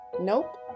Nope